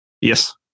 Yes